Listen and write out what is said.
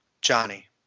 Johnny